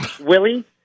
Willie